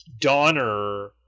Donner